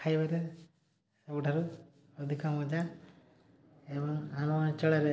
ଖାଇବାରେ ସବୁଠାରୁ ଅଧିକ ମଜା ଏବଂ ଆମ ଅଞ୍ଚଳରେ